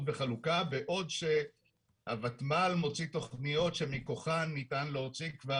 וחלוקה בעוד שהוותמ"ל מוציא תכניות שמכוחן ניתן להוציא כבר